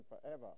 forever